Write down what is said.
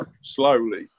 slowly